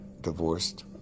divorced